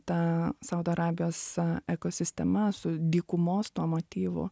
ta saudo arabijos ekosistema su dykumos tuo motyvu